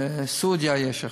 ובסעודיה יש אחד.